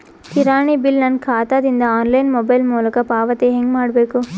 ಕಿರಾಣಿ ಬಿಲ್ ನನ್ನ ಖಾತಾ ದಿಂದ ಆನ್ಲೈನ್ ಮೊಬೈಲ್ ಮೊಲಕ ಪಾವತಿ ಹೆಂಗ್ ಮಾಡಬೇಕು?